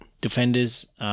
defenders